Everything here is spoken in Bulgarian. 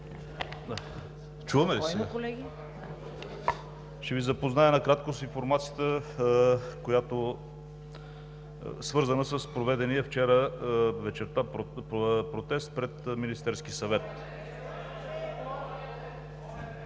МАРИНОВ: Ще Ви запозная накратко с информацията, свързана с проведения вчера вечерта протест пред Министерския съвет.